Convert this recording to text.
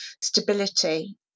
stability